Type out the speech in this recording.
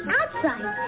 outside